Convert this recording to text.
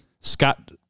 Scott